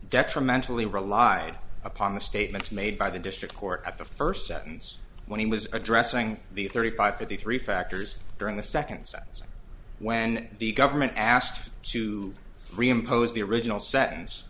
detrimental to rely upon the statements made by the district court at the first sentence when he was addressing the thirty five fifty three factors during the second sentence when the government asked to reimpose the original sentence